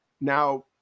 Now